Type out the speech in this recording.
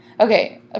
okay